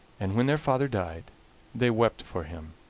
and when their father died they wept for him,